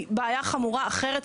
היא בעיה חמורה אחרת,